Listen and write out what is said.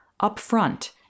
upfront